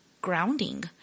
grounding